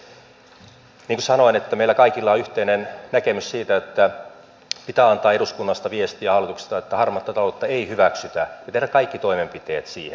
niin kuin sanoin meillä kaikilla on yhteinen näkemys siitä että pitää antaa eduskunnasta ja hallituksesta viestiä että harmaata taloutta ei hyväksytä ja tehdä kaikki toimenpiteet siihen